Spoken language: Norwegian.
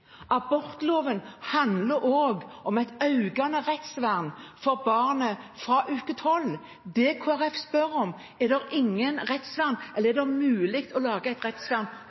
Abortloven handler også om et økende rettsvern for barnet fra uke 12. Det Kristelig Folkeparti spør om, er: Er det mulig å lage et